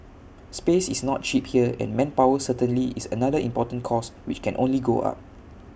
space is not cheap here and manpower certainly is another important cost which can only go up